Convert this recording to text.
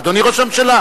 אדוני ראש הממשלה?